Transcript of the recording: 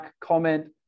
comment